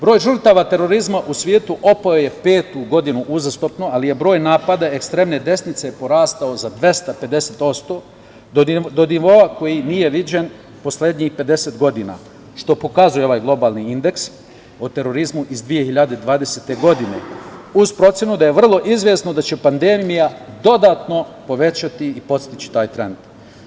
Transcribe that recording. Broj žrtava terorizma u svetu opao je, petu godinu uzastopno, ali je broj napada ekstremne desnice porastao za 250%, do nivoa koji nije viđen poslednjih 50 godina, što pokazuje ovaj globalni indeks o terorizmu iz 2020. godine uz procenu da je vrlo izvesno da će pandemija dodatno povećati i podstaći taj trend.